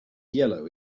yellow